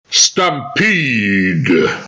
Stampede